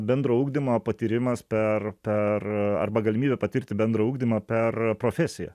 bendro ugdymo patyrimas per per arba galimybė patirti bendrą ugdymą per profesiją